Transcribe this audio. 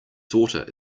daughter